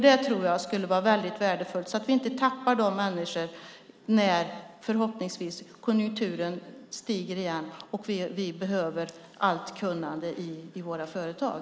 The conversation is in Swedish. Det tror jag skulle vara väldigt värdefullt, så att vi inte tappar de människorna när förhoppningsvis konjunkturen stiger igen och vi behöver allt kunnande i våra företag.